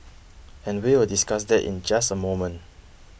and we will discuss that in just a moment